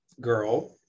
girl